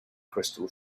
crystal